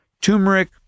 Turmeric